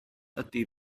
ydy